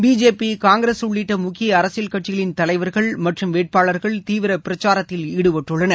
BJP Congress உள்ளிட்ட முக்கிய அரசியல் கட்சிகளின் தலைவர்கள் மற்றும் வேட்பாளர்கள் தீவிர பிரச்சாரத்தில் ஈடுபட்டுள்ளனர்